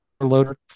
loader